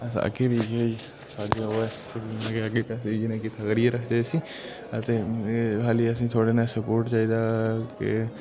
सारे घेरियै सारे किट्ठा करियै रखचै इसी अल्ली असेंगी थोह्ड़ा नेहा सपोट चाहि्दा कि